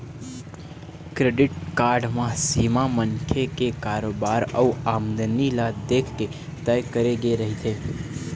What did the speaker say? credit card म सीमा मनखे के कारोबार अउ आमदनी ल देखके तय करे गे रहिथे